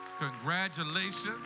Congratulations